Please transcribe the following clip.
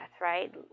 right